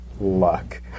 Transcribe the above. luck